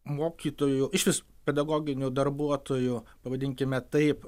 mokytojų iš vis pedagoginių darbuotojų pavadinkime taip